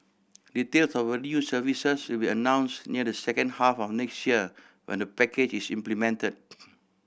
details of the new services will be announce near the second half of next year when the package is implemented